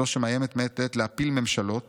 זו שמאיימת מעת לעת להפיל ממשלות